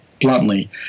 bluntly